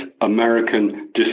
American